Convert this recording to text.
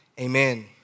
Amen